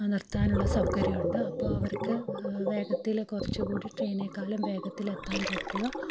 നിർത്താനുള്ള സൗകര്യം ഉണ്ട് അപ്പോൾ അവർക്ക് വേഗത്തിൽ കുറച്ചുകൂടി ട്രെയിനിനേക്കാളും വേഗത്തിലെത്താൻ പറ്റുക